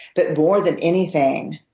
but more than anything,